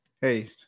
hey –